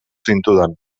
zintudan